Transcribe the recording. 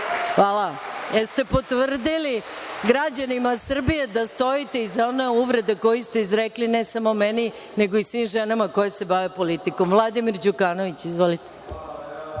Hvala.)Jeste potvrdili građanima Srbije da stojite iza one uvrede koju ste izrekli, ne samo meni, nego i svim ženama koje se bave politikom.(Zoran Živković: Koju?)Vladimir Đukanović, izvolite.